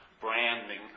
branding